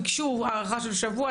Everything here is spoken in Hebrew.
ביקשו הארכה של שבוע,